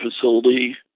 facility